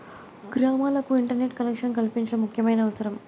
గ్రామాలకు internet collection కల్పించడం ముఖ్యమైన అవసరం